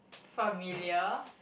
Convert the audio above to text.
familiar